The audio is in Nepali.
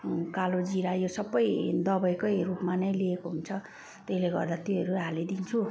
कालो जिरा यो सबै दबाईकै रूपमा नै लिएको हुन्छ त्यसले गर्दा त्योहरू हालिदिन्छु